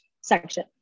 section